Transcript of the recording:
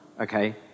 Okay